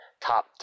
top